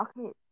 Okay